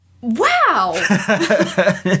wow